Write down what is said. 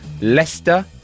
Leicester